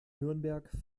nürnberg